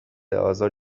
آزار